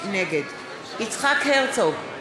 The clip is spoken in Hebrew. נגד יצחק הרצוג,